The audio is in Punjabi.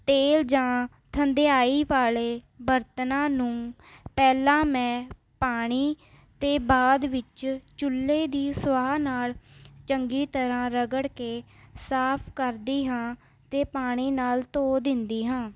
ਤੇਲ ਜਾਂ ਥੰਧਿਆਈ ਵਾਲ਼ੇ ਬਰਤਨਾਂ ਨੂੰ ਪਹਿਲਾਂ ਮੈਂ ਪਾਣੀ ਅਤੇ ਬਾਅਦ ਵਿੱਚ ਚੁੱਲ੍ਹੇ ਦੀ ਸਵਾਹ ਨਾਲ਼ ਚੰਗੀ ਤਰ੍ਹਾਂ ਰਗੜ ਕੇ ਸਾਫ ਕਰਦੀ ਹਾਂ ਅਤੇ ਪਾਣੀ ਨਾਲ਼ ਧੋ ਦਿੰਦੀ ਹਾਂ